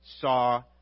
saw